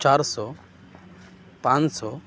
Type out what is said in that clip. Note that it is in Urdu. چار سو پانچ سو